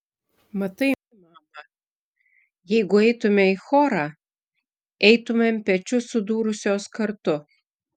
matai mama jeigu eitumei į chorą eitumėm pečius sudūrusios kartu